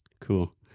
cool